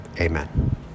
Amen